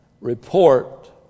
report